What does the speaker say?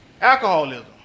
alcoholism